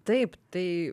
taip tai